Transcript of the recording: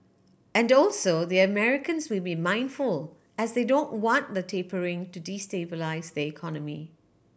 and also the Americans will be mindful as they don't want the tapering to destabilise their economy